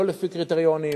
לא לפי קריטריונים,